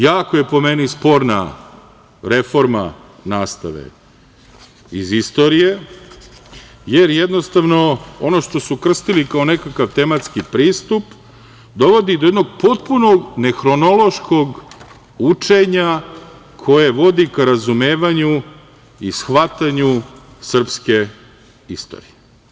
Jako je, po meni, sporna reforma nastave iz istorije, jer jednostavno ono što su krstili kao nekakav tematski pristup, dovodi do jednog potpuno nehronološkog učenja koje vodi ka razumevanju i shvatanju srpske istorije.